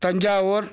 Thanjavur